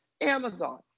Amazon